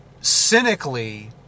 cynically